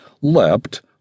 leapt